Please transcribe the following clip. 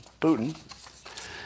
Putin